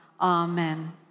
Amen